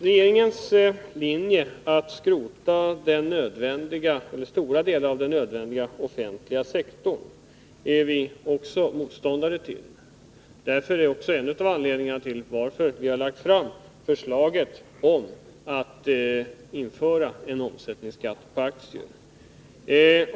Regeringens linje att skrota stora delar av den nödvändiga offentliga sektorn är vi motståndare till. Det är också en av anledningarna till att vi har lagt fram förslaget om att införa en omsättningsskatt på aktier.